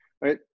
right